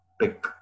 pick